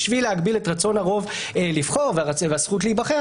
בשביל להגביל את רצון הרוב לבחור והזכות להיבחר.